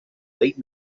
late